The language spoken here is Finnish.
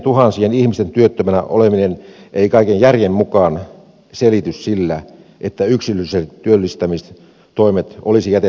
kymmenientuhansien ihmisten työttömänä oleminen ei kaiken järjen mukaan selity sillä että yksilölliset työllistämistoimet olisi jätetty tekemättä